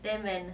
then when